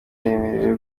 yemerewe